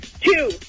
Two